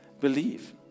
believe